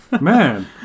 Man